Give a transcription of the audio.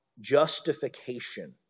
justification